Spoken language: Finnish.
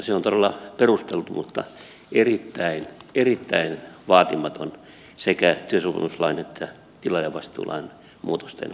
se on todella perusteltu mutta erittäin erittäin vaatimaton sekä työsopimuslain että tilaajavastuulain muutosten osalta